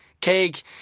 cake